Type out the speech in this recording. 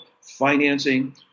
financing